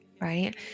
right